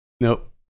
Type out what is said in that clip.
Nope